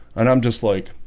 and i'm just like